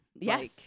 Yes